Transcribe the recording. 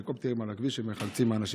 שאין הליקופטרים על הכביש שמחלצים אנשים.